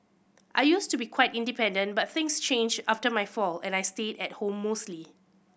I used to be quite independent but things changed after my fall and I stayed at home mostly